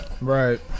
right